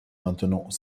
maintenant